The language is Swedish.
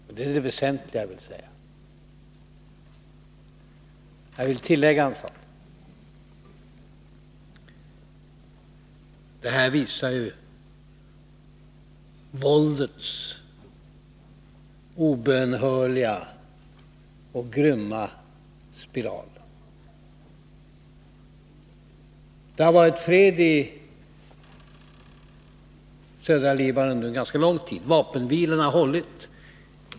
Och jag vill tillägga: Det här visar våldets obönhörliga och grymma spiral. Det har varit fred i södra Libanon under en ganska lång tid. Vapenvilan har hållit.